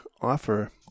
offer